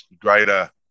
greater